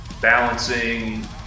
balancing